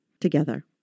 together